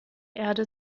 erde